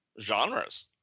genres